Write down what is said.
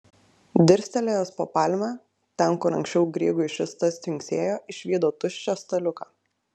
dirstelėjęs po palme ten kur anksčiau grygui šis tas tvinksėjo išvydo tuščią staliuką